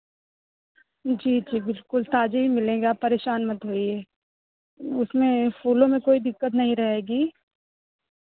जी जी बिल्कुल ताज़े ही मिलेंगे आप परेशान मत होइए उसमें फूलों में कोई दिक्कत नहीं रहेगी